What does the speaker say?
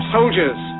Soldiers